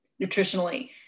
nutritionally